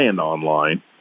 online